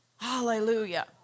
Hallelujah